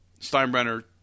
Steinbrenner